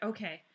Okay